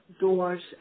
doors